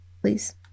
Please